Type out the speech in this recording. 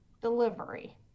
Delivery